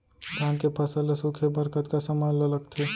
धान के फसल ल सूखे बर कतका समय ल लगथे?